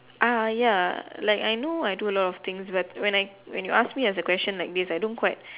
ah ya like I know I do a lot of things but when I when you ask me as a question like this I don't quite